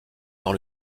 dans